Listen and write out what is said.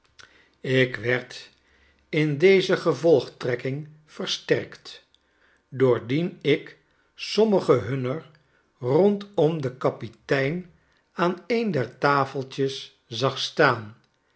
ik werd in deze gevolgtrekking versterkt doordien ik sommige hunner rondom den kapitein aan een der tafeltjes zag staan